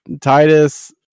Titus